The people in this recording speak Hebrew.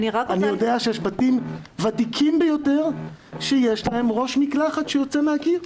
אני יודע שיש בתים ותיקים ביותר שיש להם ראש מקלחת שיוצא מהקיר,